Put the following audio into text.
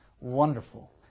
wonderful